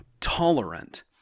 tolerant